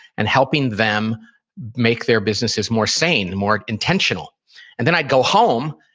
and helping them make their businesses more sane, more intentional and then i go home,